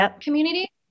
community